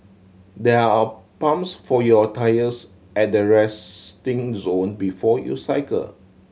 there are pumps for your tyres at the resting zone before you cycle